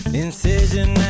incision